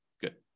Good